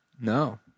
No